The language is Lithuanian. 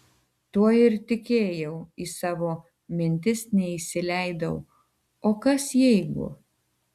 tuo ir tikėjau į savo mintis neįsileidau o kas jeigu